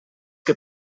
que